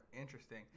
interesting